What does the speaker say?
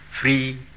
free